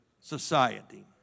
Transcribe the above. society